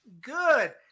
Good